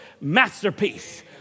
masterpiece